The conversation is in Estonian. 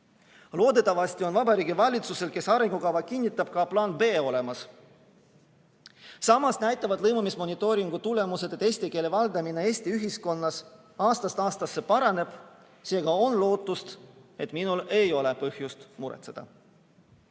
Loodetavasti on Vabariigi Valitsusel, kes arengukava kinnitab, ka plaan B olemas. Samas näitavad lõimumismonitooringu tulemused, et eesti keele valdamine Eesti ühiskonnas aastast aastasse paraneb. Seega on lootust, et mul ei ole põhjust muretseda. Aga